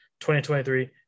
2023